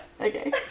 Okay